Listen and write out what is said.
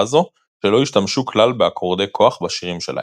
הזו שלא השתמשו כלל באקורדי כוח בשירים שלהם.